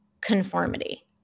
conformity